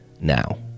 now